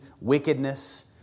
wickedness